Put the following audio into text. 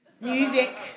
Music